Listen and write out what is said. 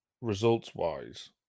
results-wise